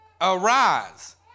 Arise